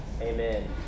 amen